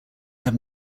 have